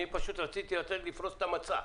אני פשוט רציתי לפרוס את המצע.